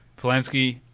Polanski